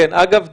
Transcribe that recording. אגב,